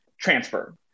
transfer